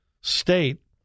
state